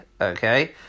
okay